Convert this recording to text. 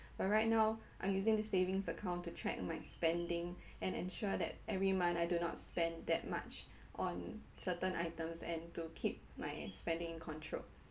but right now I'm using this savings account to track my spending and ensure that every month I do not spend that much on certain items and to keep my spending controlled